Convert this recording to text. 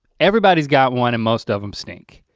everybody's got one and most of them stink.